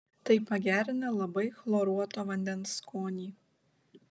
tai pagerina labai chloruoto vandens skonį